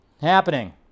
happening